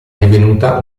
divenuta